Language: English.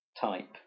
type